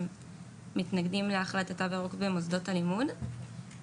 שמתנגדים להחלת התו הירוק במוסדות הלימוד.